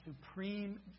supreme